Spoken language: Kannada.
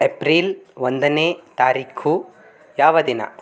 ಎಪ್ರಿಲ್ ಒಂದನೇ ತಾರೀಖು ಯಾವ ದಿನ